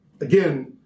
again